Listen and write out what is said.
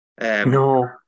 No